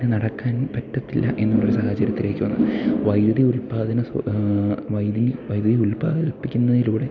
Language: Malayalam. നടക്കാൻ പറ്റത്തില്ല എന്നുള്ളൊരു സാഹചര്യത്തിലേക്ക് വന്നു വൈദ്യുതി ഉല്പാദന വൈദ്യുതി വൈദ്യുതി ഉല്പാദിപ്പിക്കുന്നതിലൂടെ